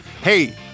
Hey